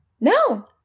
No